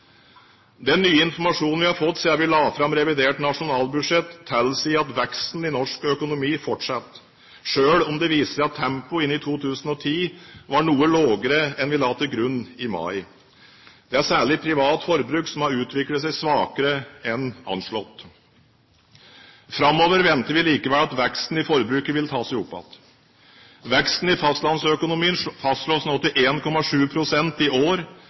Den nye informasjonen vi har fått siden vi la fram revidert nasjonalbudsjett, tilsier at veksten i norsk økonomi fortsetter, selv om det viste seg at tempoet inn i 2010 var noe lavere enn vi la til grunn i mai. Det er særlig privat forbruk som har utviklet seg svakere enn anslått. Framover venter vi likevel at veksten i forbruket vil ta seg opp igjen. Veksten i fastlandsøkonomien fastslås nå til 1,7 pst. i år,